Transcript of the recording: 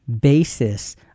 basis